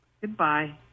Goodbye